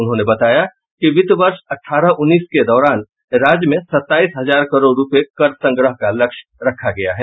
उन्होंने बताया कि वित्त वर्ष अठारह उन्नीस के दौरान राज्य में सत्ताईस हजार करोड़ रुपये कर संग्रह का लक्ष्य रखा गया है